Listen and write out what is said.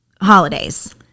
holidays